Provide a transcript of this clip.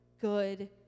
good